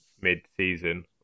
mid-season